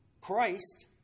Christ